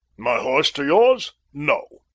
my horse to yours, no.